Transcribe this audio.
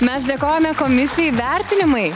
mes dėkojame komisijai vertinimai